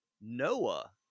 noah